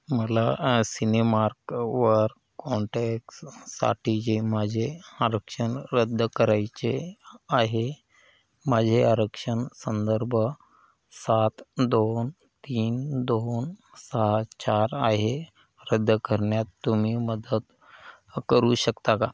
मला सिनेमार्कवर कॉनटॅक्ससाठी जे माझे आरक्षण रद्द करायचे आहे माझे आरक्षण संदर्भ सात दोन तीन दोन सहा चार आहे रद्द करण्यात तुम्ही मदत करू शकता का